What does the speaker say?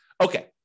Okay